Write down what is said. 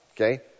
Okay